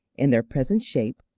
in their present shape,